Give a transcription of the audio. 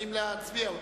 האם להצביע אותה?